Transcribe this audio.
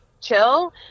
chill